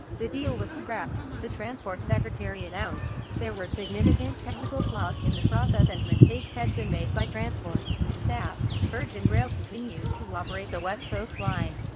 the deal was scrapped. the transport secretary announced there were significant technical flaws in the process and mistakes had been made by transport staff. virgin rail continues to operate the west coast line.